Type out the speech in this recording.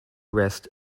rest